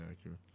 accurate